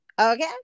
okay